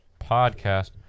Podcast